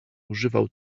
używał